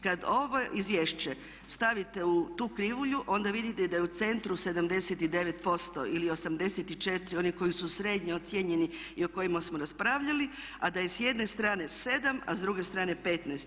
Kada ovo izvješće stavite u tu krivulju onda vidite da je u centru 79%, ili 84, oni koji su srednje ocijenjeni i o kojima smo raspravljali a da je s jedne strane 7 a s druge strane 15.